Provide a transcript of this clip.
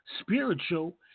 spiritual